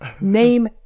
Name